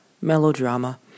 melodrama